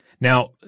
Now